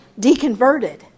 deconverted